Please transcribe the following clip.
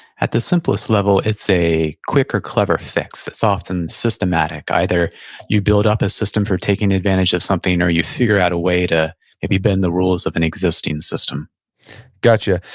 at the simplest level, it's a quick or clever fix that's often systematic. either you build up a system for taking advantage of something, or you figure out a way to maybe bend the rules of an existing system gotcha.